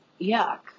Yuck